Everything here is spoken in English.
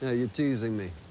yeah you're teasing me.